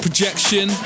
Projection